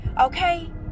Okay